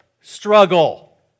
struggle